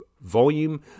volume